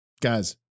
guys